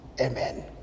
Amen